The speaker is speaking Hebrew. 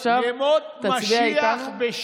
עכשיו, ימות משיח, תצביע איתנו?